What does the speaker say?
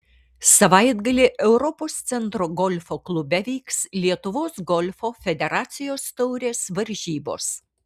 savaitgalį europos centro golfo klube vyks lietuvos golfo federacijos taurės varžybos